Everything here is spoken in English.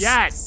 Yes